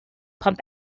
pump